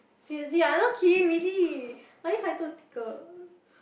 seriously I not kidding really I only collected stickers